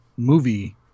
movie